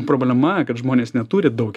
problema kad žmonės neturi daug